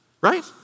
right